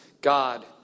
God